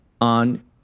on